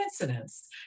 coincidence